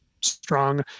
strong